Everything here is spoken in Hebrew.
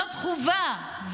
זאת חובה,